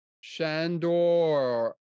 Shandor